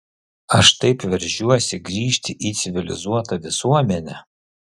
aš taip veržiuosi grįžti į civilizuotą visuomenę